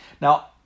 Now